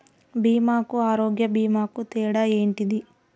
బీమా కు ఆరోగ్య బీమా కు తేడా ఏంటిది?